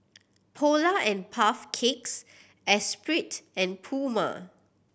Polar and Puff Cakes Espirit and Puma